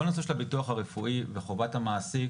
כל הנושא של הביטוח הרפואי וחובת המעסיק